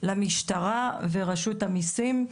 למשטרה ולרשות המיסים.